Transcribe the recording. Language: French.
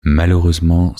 malheureusement